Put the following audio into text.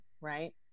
right